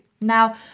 Now